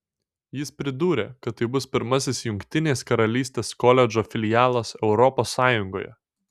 jis pridūrė kad tai bus pirmasis jungtinės karalystės koledžo filialas europos sąjungoje